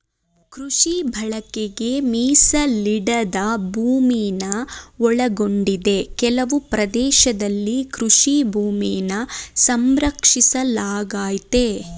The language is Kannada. ಕೃಷಿ ಬಳಕೆಗೆ ಮೀಸಲಿಡದ ಭೂಮಿನ ಒಳಗೊಂಡಿದೆ ಕೆಲವು ಪ್ರದೇಶದಲ್ಲಿ ಕೃಷಿ ಭೂಮಿನ ಸಂರಕ್ಷಿಸಲಾಗಯ್ತೆ